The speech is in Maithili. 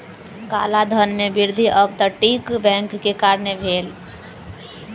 काला धन में वृद्धि अप तटीय बैंक के कारणें भेल